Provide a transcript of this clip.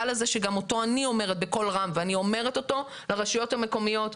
הזה שגם אותו אני אומרת בקול רם ואני אומרת אותו לרשויות המקומיות,